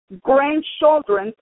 grandchildren